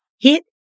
Hit